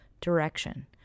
direction